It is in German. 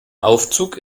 aufzug